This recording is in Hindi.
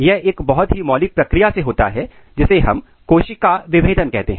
यह एक बहुत ही मौलिक प्रक्रिया से होता है जिसे हम कोशिका विभेदन कहते हैं